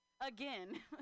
Again